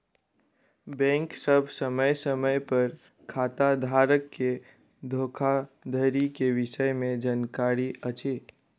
bank सभ समय समय पर खाताधारक के धोखाधड़ी के विषय में जानकारी अछि